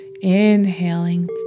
Inhaling